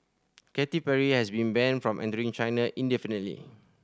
Katy Perry has been banned from entering China indefinitely